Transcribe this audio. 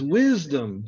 wisdom